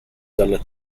dalla